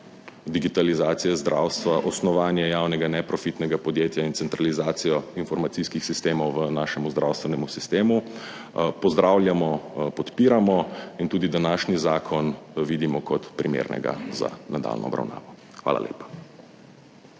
digitalizacije zdravstva, osnovanje javnega neprofitnega podjetja in centralizacijo informacijskih sistemov v našemu zdravstvenemu sistemu pozdravljamo, podpiramo in tudi današnji zakon vidimo kot primernega za nadaljnjo obravnavo. Hvala lepa.